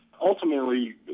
ultimately